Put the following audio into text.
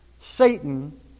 Satan